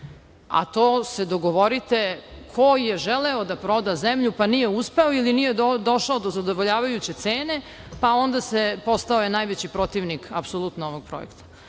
se dogovorite, ko je želeo da proda zemlju, pa nije uspeo ili nije došao do zadovoljavajuće cene, pa onda postao najveći protivnik ovog projekta. Tako